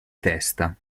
testa